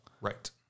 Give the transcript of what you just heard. Right